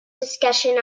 discussion